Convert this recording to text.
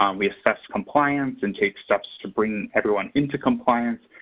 um we assess compliance and take steps to bring everyone into compliance,